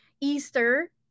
Easter